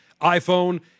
iPhone